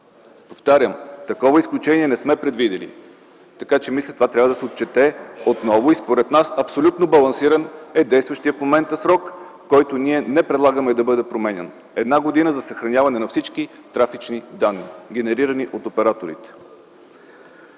Повтарям, такова изключение не сме предвидили, така че мисля, че това трябва да се отчете отново. Според нас абсолютно балансиран е действащият в момента срок, който ние не предлагаме да бъде променян – една година за съхраняване на всички трафични данни, генерирани от операторите.